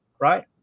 right